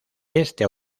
este